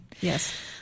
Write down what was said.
Yes